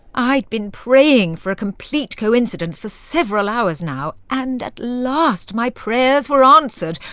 i'd been praying for a complete coincidence for several hours now, and at last my prayers were answered,